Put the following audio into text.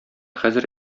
хәзер